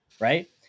right